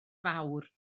fawr